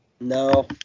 No